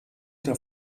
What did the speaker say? der